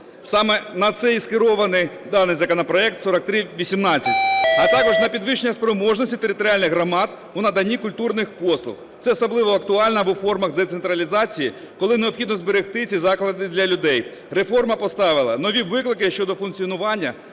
Саме на це і скерований даний законопроект 4318, а також на підвищення спроможності територіальних громад у наданні культурних послуг. Це особливо актуально в умовах реформи децентралізації, коли необхідно зберегти ці заклади для людей. Реформа поставила нові виклики щодо функціонування